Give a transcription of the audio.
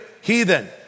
heathen